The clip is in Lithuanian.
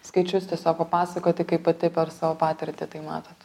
skaičius tiesiog papasakoti kaip pati per savo patirtį tai matot